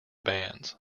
bands